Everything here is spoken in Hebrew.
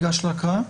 ניגש להקראה,